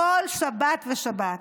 כל שבת ושבת,